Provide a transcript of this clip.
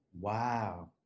Wow